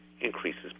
increases